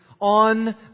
on